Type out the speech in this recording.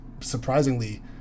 surprisingly